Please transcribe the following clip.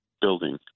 building